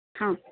हां